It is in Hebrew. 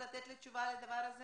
התשובה.